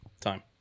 Time